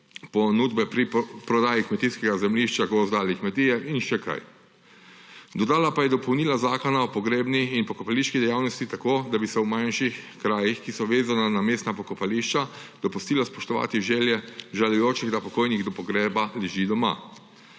ponudbe pri prodaji kmetijskega zemljišča, gozda ali kmetije in še kaj. Dodala pa je dopolnila Zakona o pogrebni in pokopališki dejavnosti tako, da bi se v manjših krajih, ki so vezana na mestna pokopališča, dopustilo spoštovati želje žalujočih, da pokojnik do pogreba leži doma.